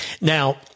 Now